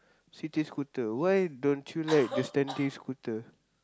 sitting scooter why don't you like the standing scooter